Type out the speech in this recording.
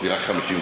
יש לי רק 50 דקות.